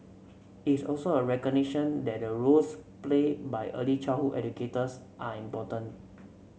it's is also a recognition that the roles played by early childhood educators are important